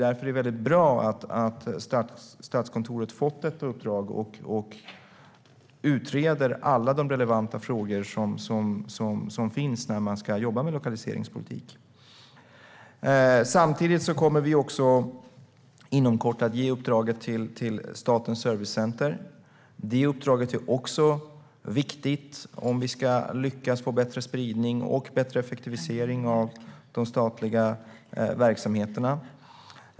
Därför är det bra att Statskontoret fått ett uppdrag och utreder alla de relevanta frågor som finns när man ska jobba med lokaliseringspolitik. Samtidigt kommer vi inom kort att ge ett uppdrag till Statens servicecenter. Det uppdraget är viktigt om vi ska lyckas få bättre spridning och bättre effektivisering i de statliga verksamheterna.